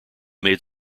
made